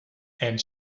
and